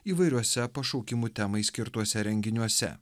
įvairiuose pašaukimų temai skirtuose renginiuose